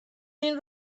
این